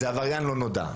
זה עבריין לא נודע,